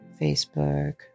Facebook